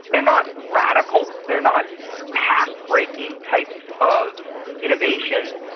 they are not radical, they are not path-breaking types of innovations,